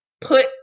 put